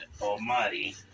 Almighty